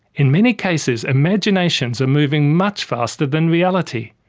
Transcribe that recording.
in many cases imaginations are moving much faster than reality.